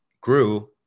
grew